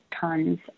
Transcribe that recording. tons